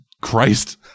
Christ